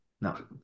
no